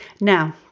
Now